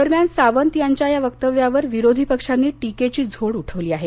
दरम्यान सावंत यांच्या या वक्तव्यावर विरोधी पक्षांनी टीकेची झोड उठवली आहे